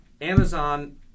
Amazon